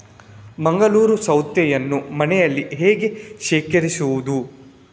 ಮಂಗಳೂರು ಸೌತೆಯನ್ನು ಮನೆಯಲ್ಲಿ ಹೇಗೆ ಶೇಖರಿಸುವುದು?